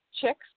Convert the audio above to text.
chicks